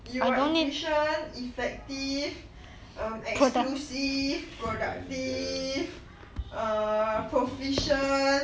you are efficient effective um exclusive productive err proficient